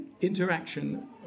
interaction